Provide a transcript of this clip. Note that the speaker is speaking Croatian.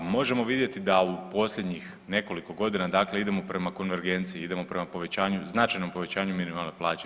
A možemo vidjeti da u posljednjih nekoliko godina dakle idemo prema konvergenciji, idemo prema povećanju, značajnom povećanju minimalne plaće.